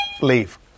Leave